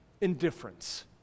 Indifference